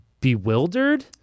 bewildered